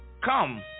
come